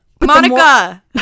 Monica